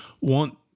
want